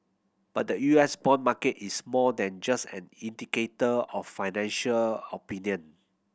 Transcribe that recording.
but the U S bond market is more than just an indicator of financial opinion